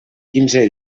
quinze